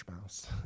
mouse